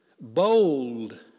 Bold